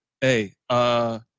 Hey